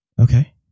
Okay